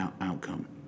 outcome